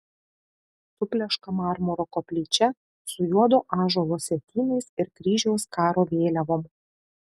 supleška marmuro koplyčia su juodo ąžuolo sietynais ir kryžiaus karo vėliavom